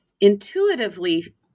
intuitively